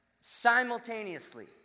simultaneously